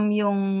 yung